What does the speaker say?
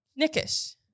Nickish